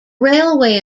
railway